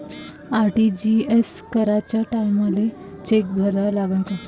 RTGS कराच्या टायमाले cheque भरा लागन का?